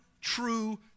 true